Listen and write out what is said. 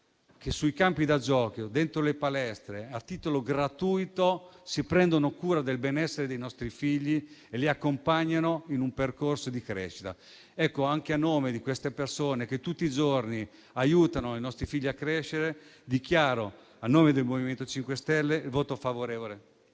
che sui campi da giochi e dentro le palestre, a titolo gratuito, si prendono cura del benessere dei nostri figli e li accompagnano in un percorso di crescita. Ecco, anche a nome di queste persone che tutti i giorni aiutano i nostri figli a crescere, dichiaro, a nome del MoVimento 5 Stelle, il voto favorevole